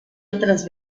otras